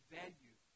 value